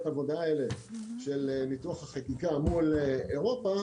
עבודה האלה של ניתוח החקיקה מול אירופה.